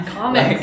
comics